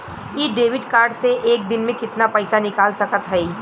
इ debit card से एक दिन मे कितना पैसा निकाल सकत हई?